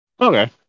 Okay